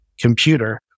computer